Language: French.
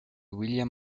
william